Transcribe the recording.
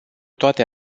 toate